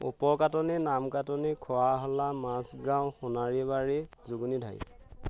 ওপৰ কাটনি নাম কাটনি খোৱাহলা মাছগাঁও সোণাৰীবাৰী জুগুনি ধাৰি